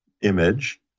image